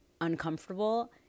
uncomfortable